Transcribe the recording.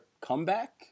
comeback